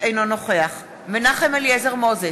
אינו נוכח מנחם אליעזר מוזס,